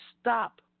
stop